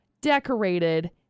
decorated